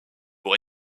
pour